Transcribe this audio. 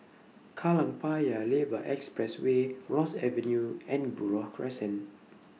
Kallang Paya Lebar Expressway Ross Avenue and Buroh Crescent